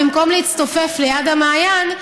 במקום להצטופף ליד המעיין,